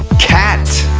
cat